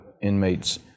inmates